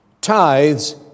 Tithes